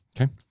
Okay